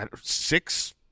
six